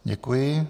Děkuji.